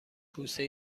کوسه